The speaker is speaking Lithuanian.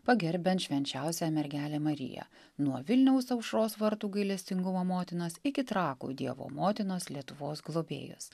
pagerbiant švenčiausiąją mergelę mariją nuo vilniaus aušros vartų gailestingumo motinos iki trakų dievo motinos lietuvos globėjos